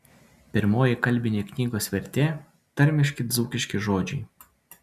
pirmoji kalbinė knygos vertė tarmiški dzūkiški žodžiai